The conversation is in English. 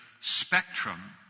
spectrum